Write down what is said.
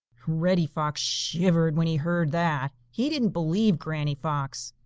reddy fox shivered when he heard that. he didn't believe granny fox.